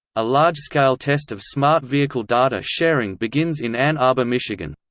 a large-scale test of smart vehicle data sharing begins in ann arbor, michigan.